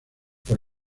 por